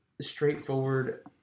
straightforward